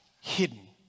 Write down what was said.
hidden